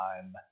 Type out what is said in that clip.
time